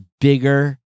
bigger